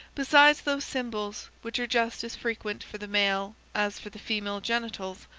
besides those symbols, which are just as frequent for the male as for the female genitals,